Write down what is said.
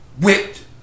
whipped